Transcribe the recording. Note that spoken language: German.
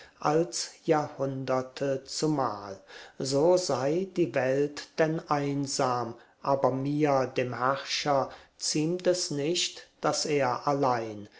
als jahrhunderte zumal so sei die welt denn einsam aber mir dem herrscher ziemt es nicht daß er allein